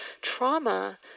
trauma